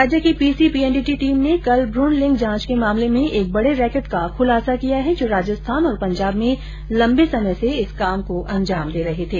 राज्य की PCPNDT team ने कल भ्रषण लिंग जांच के मामले में एक बड़े रैकेट का खुलासा किया है जो राजस्थान और पंजाब में लंबे समय से इस काम को अंजाम दे रहे थे